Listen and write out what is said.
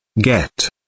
Get